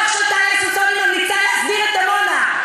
בדוח של טליה ששון היא ממליצה להסדיר את עמונה.